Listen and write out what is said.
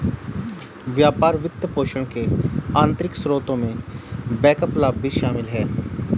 व्यापार वित्तपोषण के आंतरिक स्रोतों में बैकअप लाभ भी शामिल हैं